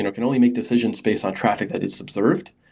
and can only make decisions based on traffic that is observed.